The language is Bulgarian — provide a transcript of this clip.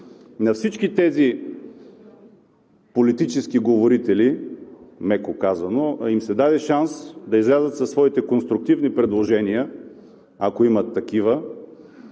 на всички тези политически говорители, меко казано, им се даде шанс да излязат със своите конструктивни предложения, ако имат такива,